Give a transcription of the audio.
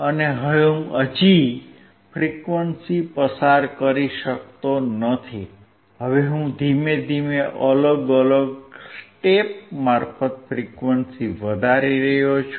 અને હું હજી પણ ફ્રીક્વન્સી પસાર કરી શકતો નથી હવે હું ધીમે ધીમે અલગ અલગ સ્ટેપ મારફત ફ્રીક્વન્સી વધારી રહ્યો છું